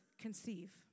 conceive